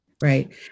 right